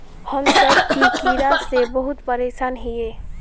हम सब की कीड़ा से बहुत परेशान हिये?